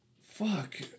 fuck